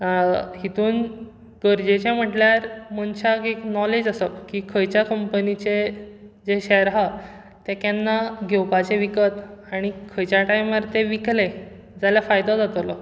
हेतून गरजेचे म्हटल्यार मनश्याक एक नोलेज आसप की खंयच्या कंपनीचे शेयर आहा ते केन्ना घेवपाचे विकत आनी ते खंयच्या टायमार ते विकल्यार फायदो जातोलो